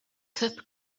cup